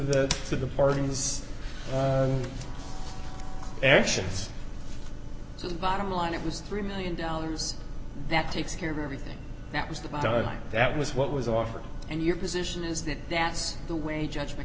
the to the parties actions so the bottom line it was three million dollars that takes care of everything that was the time that was what was offered and your position is that that's the way judg